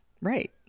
right